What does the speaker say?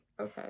Okay